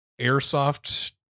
Airsoft